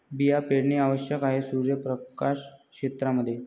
बिया पेरणे आवश्यक आहे सूर्यप्रकाश क्षेत्रां मध्ये